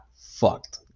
fucked